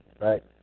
Right